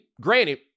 granted